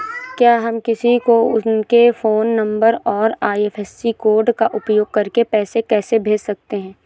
क्या हम किसी को उनके फोन नंबर और आई.एफ.एस.सी कोड का उपयोग करके पैसे कैसे भेज सकते हैं?